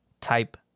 type